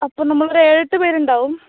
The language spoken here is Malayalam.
അപ്പോള് നമ്മളൊരു ഏഴെട്ടു പേരുണ്ടാവും